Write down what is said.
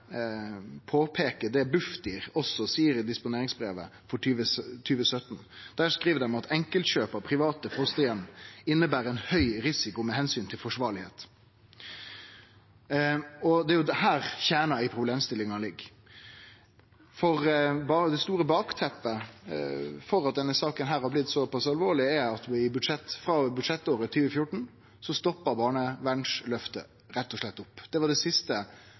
påpeiker det Bufdir òg seier i disponeringsbrevet for 2017. Der skriv dei at «enkeltkjøp av private fosterhjem innebærer en høy risiko med hensyn til forsvarlighet». Det er her kjernen i problemstillinga ligg. Det store bakteppet for at denne saka har blitt så alvorleg, er at barnevernsløftet stoppa opp frå budsjettåret 2014. Det var det siste